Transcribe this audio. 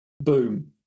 boom